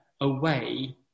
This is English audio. away